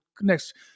next